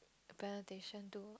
a presentation to